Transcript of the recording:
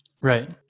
Right